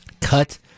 cut